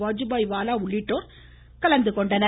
வாஜுபாய் வாலா உள்ளிட்டோர் கலந்து கொள்கின்றனர்